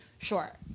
Sure